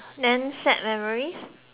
damn sad memories